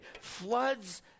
floods